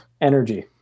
energy